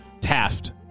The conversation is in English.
Taft